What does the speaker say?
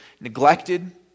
neglected